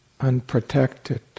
unprotected